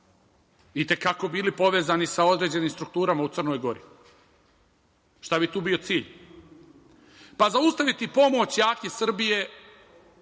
i te kako bili povezani sa određenim strukturama u Crnoj Gori. Šta bi tu bio cilj? Pa, zaustaviti pomoć jake Srbije,